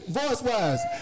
voice-wise